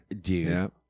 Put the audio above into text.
dude